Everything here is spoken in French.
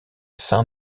sein